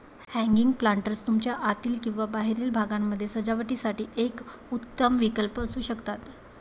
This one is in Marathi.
हँगिंग प्लांटर्स तुमच्या आतील किंवा बाहेरील भागामध्ये सजावटीसाठी एक उत्तम विकल्प असू शकतात